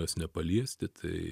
jos nepaliesti tai